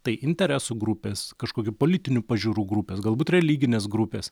tai interesų grupės kažkokių politinių pažiūrų grupės galbūt religinės grupės